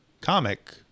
comic